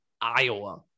Iowa